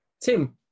Tim